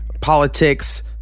Politics